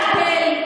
תחת הנטל.